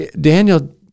Daniel